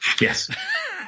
Yes